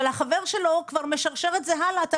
אבל החבר שלו כבר משרשר את זה הלאה ואתה